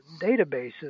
databases